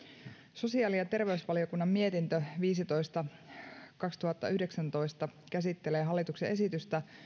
sosiaali ja terveysvaliokunnan mietintö viisitoista kautta kaksituhattayhdeksäntoista käsittelee hallituksen esitystä